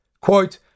Quote